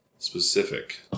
Specific